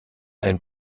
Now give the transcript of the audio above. ein